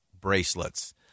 bracelets